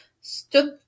stood